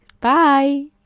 Bye